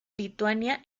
lituania